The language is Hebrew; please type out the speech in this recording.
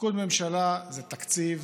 תפקוד ממשלה זה תקציב,